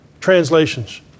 translations